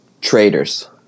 Traders